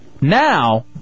Now